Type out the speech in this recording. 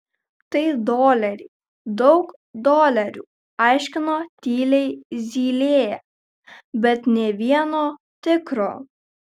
tai doleriai daug dolerių aiškino tyliai zylė bet nė vieno tikro